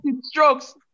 strokes